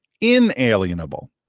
inalienable